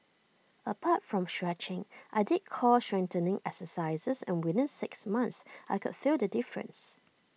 apart from stretching I did core strengthening exercises and within six months I could feel the difference